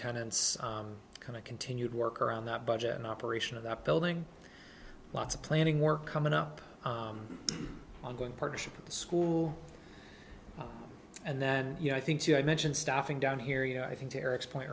tenants kind of continued work around that budget and operation of that building lots of planning work coming up on going partnership with the school and then you know i think you i mentioned staffing down here you know i think to erick's point